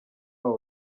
abo